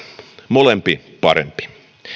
molempi parempi